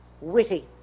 witty